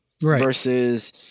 versus